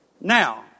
Now